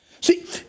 See